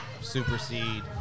supersede